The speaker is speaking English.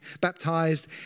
baptized